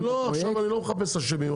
אני לא מחפש עכשיו אשמים,